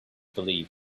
believed